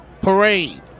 Parade